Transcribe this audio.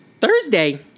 Thursday